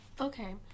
Okay